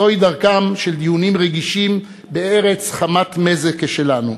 זוהי דרכם של דיונים רגישים בארץ חמת מזג כשלנו.